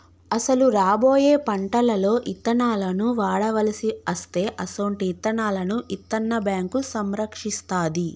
అసలు రాబోయే పంటలలో ఇత్తనాలను వాడవలసి అస్తే అసొంటి ఇత్తనాలను ఇత్తన్న బేంకు సంరక్షిస్తాది